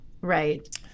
Right